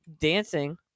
dancing